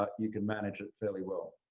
ah you can manage it fairly well,